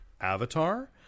Avatar